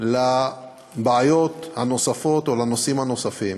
מגיע לבעיות הנוספות או לנושאים הנוספים.